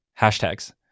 hashtags